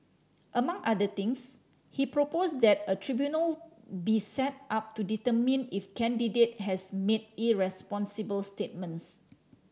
among other things he proposed that a tribunal be set up to determine if candidate has made irresponsible statements